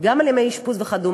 גם על ימי אשפוז וכדומה.